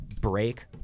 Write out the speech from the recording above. break